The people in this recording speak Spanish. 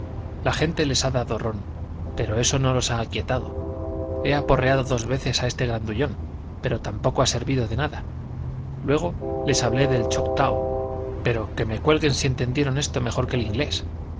la gente les ha dado ron pero eso no los ha aquietado he aporreado dos veces a ese grandullón pero tampoco ha servido de nada luego les hablé en choctaw pero que me cuelguen si entendieron esto mejor que el inglés